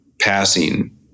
passing